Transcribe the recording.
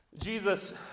Jesus